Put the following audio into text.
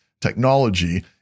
technology